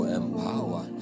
empower